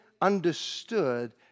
understood